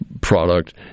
product